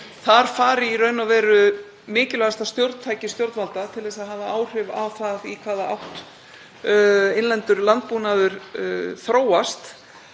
þar fari í raun og veru mikilvægasta stjórntæki stjórnvalda til að hafa áhrif á það í hvaða átt innlendur landbúnaður þróast.